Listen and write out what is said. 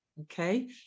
Okay